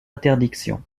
interdiction